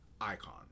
icon